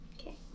Okay